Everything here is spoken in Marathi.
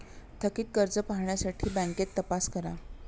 थकित कर्ज पाहण्यासाठी बँकेत तपास करा